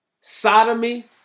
sodomy